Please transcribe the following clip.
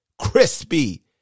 Crispy